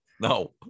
no